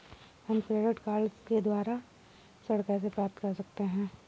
हम credit card के द्वारा ऋण कैसे प्राप्त कर सकते हैं?